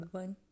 one